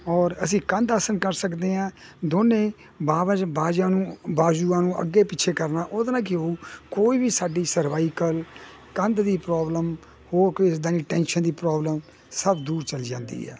ਔਰ ਅਸੀਂ ਕੰਧ ਆਸਣ ਕਰ ਸਕਦੇ ਹਾਂ ਦੋਨੇ ਬਾਬਜ ਬਾਜਾ ਨੂੰ ਬਾਜੂਆਂ ਨੂੰ ਅੱਗੇ ਪਿੱਛੇ ਕਰਨਾ ਉਹਦੇ ਨਾਲ ਕੀ ਹੋਊ ਕੋਈ ਵੀ ਸਾਡੀ ਸਰਵਾਈਕਲ ਕੰਧ ਦੀ ਪ੍ਰੋਬਲਮ ਹੋਰ ਕੋਈ ਇਸਦਾ ਦੀ ਟੈਂਸ਼ਨ ਦੀ ਪ੍ਰੋਬਲਮ ਸਭ ਦੂਰ ਚਲ ਜਾਂਦੀ ਹ